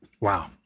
Wow